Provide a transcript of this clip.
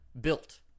built